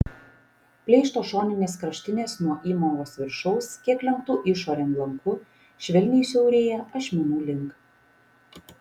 pleišto šoninės kraštinės nuo įmovos viršaus kiek lenktu išorėn lanku švelniai siaurėja ašmenų link